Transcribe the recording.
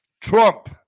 Trump